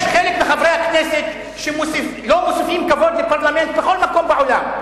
יש חלק מחברי הכנסת שלא מוסיפים כבוד לפרלמנט בכל מקום בעולם.